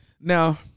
Now